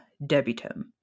debitum